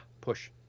push